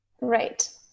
Right